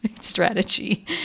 Strategy